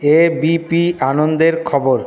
ABP আনন্দের খবর